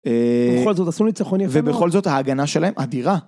אהה.. - ובכל זאת עשו ניצחון יפה מאוד, - ובכל זאת ההגנה שלהם אדירה.